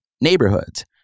neighborhoods